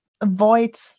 avoid